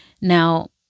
now